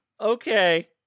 Okay